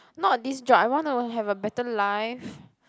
not this job I want to have a better life